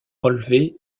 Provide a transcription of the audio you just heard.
relever